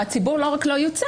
הציבור לא רק לא יוצג,